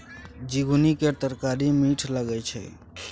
झिगुनी केर तरकारी मीठ लगई छै